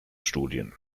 studien